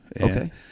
Okay